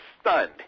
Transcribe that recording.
stunned